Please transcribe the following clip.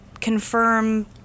confirm